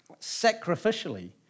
sacrificially